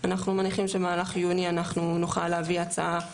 אנחנו מניחים שבמהלך יוני אנחנו נוכל להביא הצעה מוכנה,